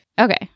Okay